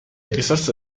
risorse